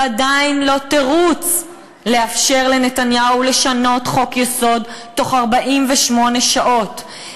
זה עדיין לא תירוץ לאפשר לנתניהו לשנות חוק-יסוד תוך 48 שעות.